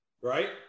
right